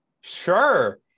Sure